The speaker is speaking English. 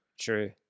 true